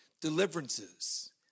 deliverances